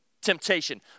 temptation